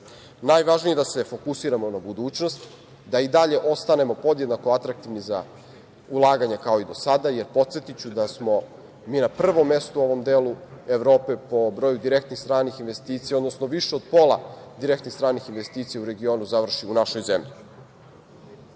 budžeta. Najvažnije je da se fokusiramo na budućnost, da i dalje ostanemo podjednako atraktivni za ulaganje kao i do sada, jer podsetiću da smo mi na prvom mestu u ovom delu Evrope po broju direktnih stranih investicija, odnosno više od pola direktnih stranih investicija u regionu završi u našoj zemlji.